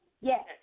Yes